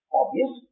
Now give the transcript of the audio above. obvious